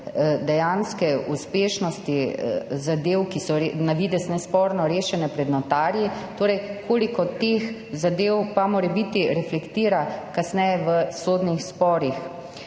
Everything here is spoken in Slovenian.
dejanske uspešnosti zadev, ki so na videz nesporno rešene pred notarji? Koliko teh zadev pa morebiti reflektira kasneje v sodnih sporih?